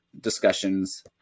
discussions